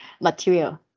material